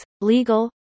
legal